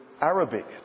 Arabic